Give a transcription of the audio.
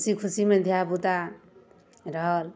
खुशी खुशीमे धिआपुता रहल